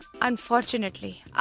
Unfortunately